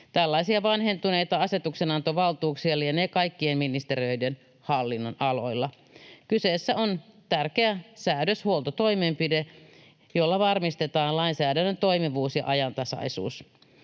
Tällaisia vanhentuneita asetuksenantovaltuuksia lienee kaikkien ministeriöiden hallinnonaloilla. Kyseessä on tärkeä säädöshuoltotoimenpide, jolla varmistetaan lainsäädännön toimivuus ja ajantasaisuus.